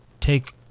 take